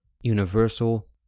universal